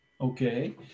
Okay